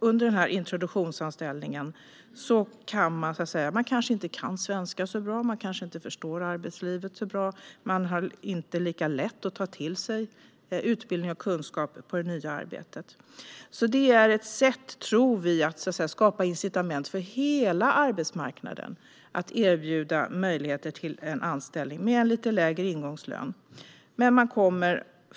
Under introduktionsanställningens tid kanske man inte kan svenska så bra, man kanske inte förstår arbetslivet så bra och man kanske inte har lika lätt att ta till sig utbildning och kunskap på det nya arbetet. Vi tror att detta är ett sätt att skapa incitament för hela arbetsmarknaden att erbjuda möjligheter till en anställning med lite lägre ingångslön.